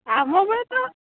ଆମ ବେଳେ ତ